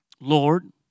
Lord